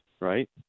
Right